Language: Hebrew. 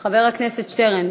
חבר הכנסת שטרן,